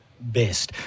best